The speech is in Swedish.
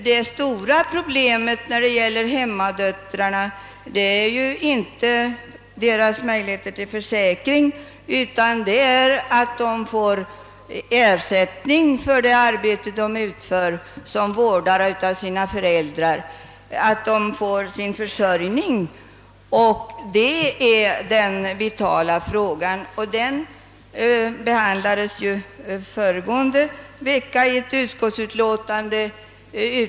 Det stora problemet för hemmadöttrarna är inte deras möjligheter att teckna en sjukförsäkring, utan det förhållandet att de inte får ersättning för det arbete de utför såsom vårdare av sina föräldrar. Detta är den vitala frågan, och den behandlades förra veckan utan någon diskussion här i kammaren i anledning av ett utskottsutlåtande.